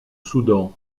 soudan